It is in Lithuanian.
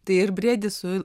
tai ir briedį su